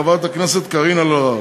חברת הכנסת קארין אלהרר,